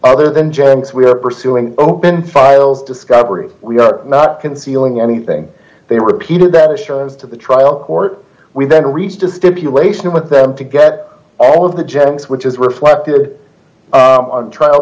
other than james we are pursuing open files discovery we are not concealing anything they repeated that assurance to the trial court we then reached a stipulation with them to get all of the jencks which is reflected on trial